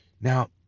Now